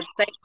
website